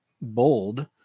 bold